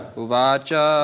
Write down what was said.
uvacha